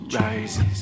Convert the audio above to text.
rises